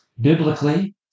Biblically